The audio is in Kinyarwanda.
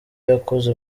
yakoze